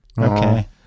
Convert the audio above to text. Okay